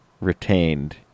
retained